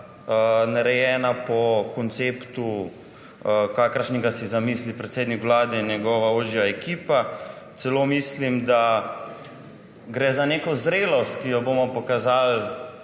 narejena po konceptu, kakršnega si zamislijo predsednik Vlade in njegova ožja ekipa. Celo mislimo, da gre za neko zrelost, ki jo bomo pokazali.